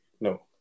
No